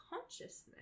consciousness